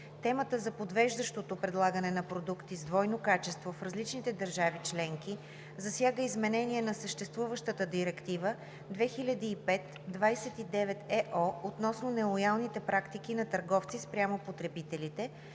Темата за подвеждащото предлагане на продукти с двойно качество в различните държави членки засяга изменение на съществуващата Директива 2005/29/ЕО относно нелоялните практики на търговци спрямо потребители,